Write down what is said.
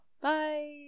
bye